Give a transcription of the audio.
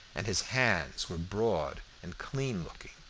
and his hands were broad and clean-looking.